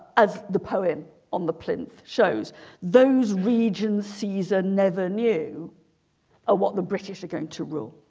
as the poem on the plinth shows those regions caesar never knew or what the british are going to rule